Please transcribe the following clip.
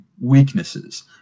weaknesses